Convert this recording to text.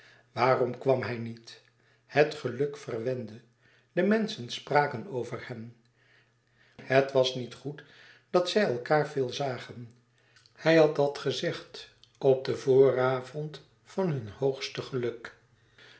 waarom kwam hij niet het geluk verwende de menschen spraken over hen het was niet goed dat zij veel elkaâr zagen hij had dat gezegd op den vooravond van hun hoogste geluk